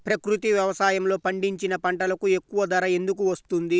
ప్రకృతి వ్యవసాయములో పండించిన పంటలకు ఎక్కువ ధర ఎందుకు వస్తుంది?